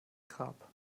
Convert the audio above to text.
grab